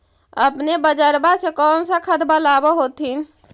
अपने बजरबा से कौन सा खदबा लाब होत्थिन?